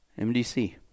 MDC